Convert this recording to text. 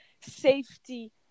safety